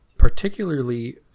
Particularly